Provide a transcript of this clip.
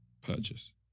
Purchase